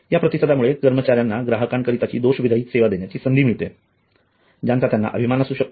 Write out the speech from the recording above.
या प्रतिसादामुळे कर्मचाऱ्यांना ग्राहकांकरीताची दोष विरहित सेवा देण्याची संधी मिळते ज्याचा त्यांना अभिमान असू शकतो